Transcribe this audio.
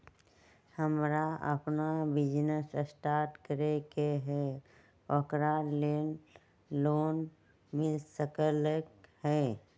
हमरा अपन business start करे के है ओकरा लेल लोन मिल सकलक ह?